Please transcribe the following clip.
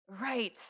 Right